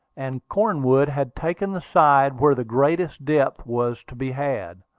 and cornwood had taken the side where the greatest depth was to be had,